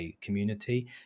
community